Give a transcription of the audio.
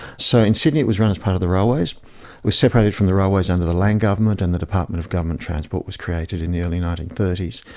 so in sydney it was run as part of the railways. it was separated from the railways under the lang government, and the department of government transport was created in the early nineteen thirty s.